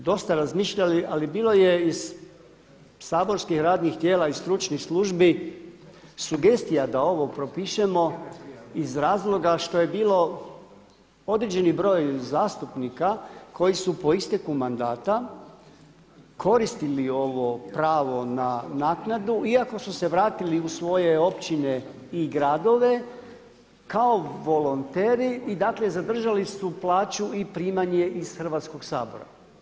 O tome smo dosta razmišljali, ali bilo je iz saborskih radnih tijela i stručnih službi sugestija da ovo propišemo iz razloga što je bilo određeni broj zastupnika koji su po isteku mandata koristili ovo pravo na naknadu iako su se vratili u svoje općine i gradove kao volonteri i zadržali su plaću i primanje iz Hrvatskog sabora.